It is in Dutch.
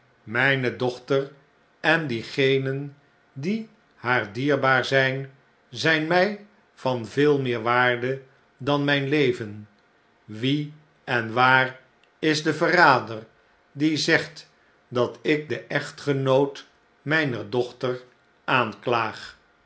mijne dochter en diegenen die haar dierbaar zijn zjjn mjj van veel meer waarde dan mgn leven wie en waar is de verrader die zegt dat ik den echtgenoot mijner dochter